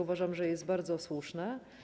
Uważam, że jest to bardzo słuszne.